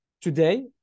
today